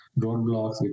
roadblocks